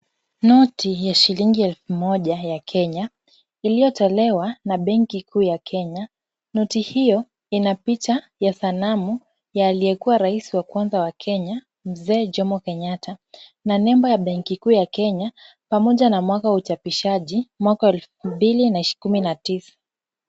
Noti ya shilingi elfu moja ya Kenya iliyotolewa na benki kuu ya Kenya. Noti hiyo ina picha ya sanamu ya aliyekuwa Rais wa kwanza wa Kenya, Mzee Jomo Kenyatta na nembo ya benki kuu ya Kenya pamoja na mwaka wa uchapishaji mwaka wa elfu mbili na kumi na tisa.